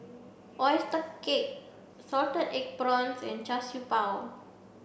oyster cake salted egg prawns and char Siew Bao